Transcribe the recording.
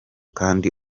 kandi